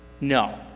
No